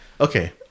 okay